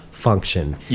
function